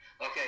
Okay